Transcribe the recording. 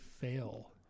fail